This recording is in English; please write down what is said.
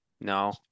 No